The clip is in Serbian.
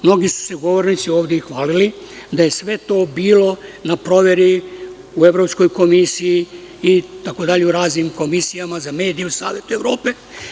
Mnogi su se govornici ovde i hvalili da je sve to bilo naproveri u Evropskoj komisiji, raznim komisijama za medije pri Savetu Evrope.